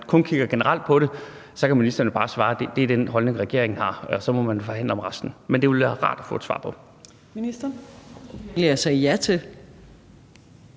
kun kigger generelt på det, for så kan ministeren jo bare svare, at det er den holdning, regeringen har, og så må man forhandle om resten, men det ville være rart at få et svar på